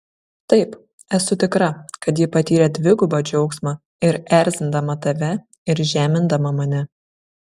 taip esu tikra kad ji patyrė dvigubą džiaugsmą ir erzindama tave ir žemindama mane